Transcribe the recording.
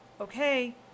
okay